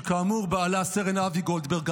שכאמור בעלה סרן אבי גולדברג,